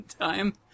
time